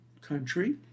country